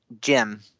Jim